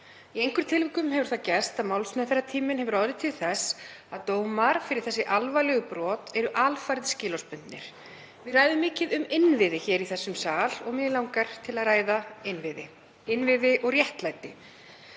Í einhverjum tilvikum hefur það gerst að málsmeðferðartíminn hefur orðið til þess að dómar fyrir þessi alvarlegu brot eru alfarið skilorðsbundnir. Við ræðum mikið um innviði hér í þessum sal og mig langar til að ræða innviði og réttlæti.